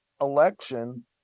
election